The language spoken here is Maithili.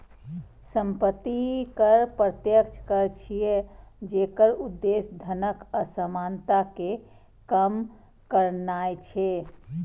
संपत्ति कर प्रत्यक्ष कर छियै, जेकर उद्देश्य धनक असमानता कें कम करनाय छै